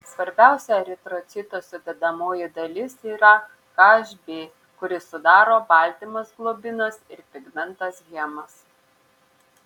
svarbiausia eritrocito sudedamoji dalis yra hb kurį sudaro baltymas globinas ir pigmentas hemas